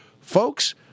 folks